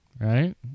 right